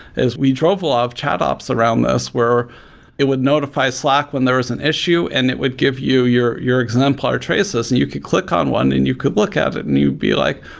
is we drove a lot of chat ops around this, where it would notify slack when there's an issue and it would give you your your exemplar traces, and you could click on one and you could look at it and you'd be like,